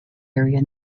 area